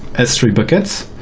s three buckets,